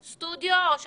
בסטודיו או בקורונה?